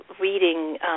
reading